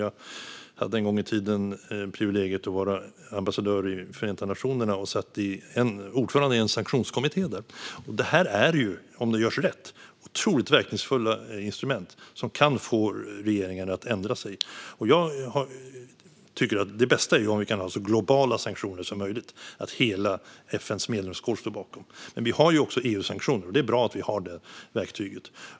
Jag hade en gång i tiden privilegiet att vara ambassadör i Förenta nationerna och satt som ordförande i en sanktionskommitté där. Om de görs rätt är sanktioner otroligt verkningsfulla instrument som kan få regeringar att ändra sig. Jag tycker att det bästa är om vi kan ha så globala sanktioner som möjligt - att hela FN:s medlemskår står bakom dem. Men vi har också EU-sanktioner, och det är bra att vi har detta verktyg.